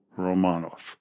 Romanov